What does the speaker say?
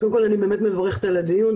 אז קודם כל אני באמת מברכת על הדיון,